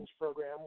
program